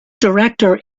director